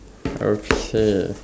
okay